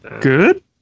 Good